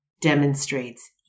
demonstrates